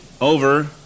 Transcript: Over